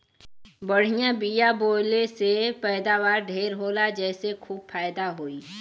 बढ़िया बिया बोवले से पैदावार ढेर होला जेसे खूब फायदा होई